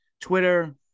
Twitter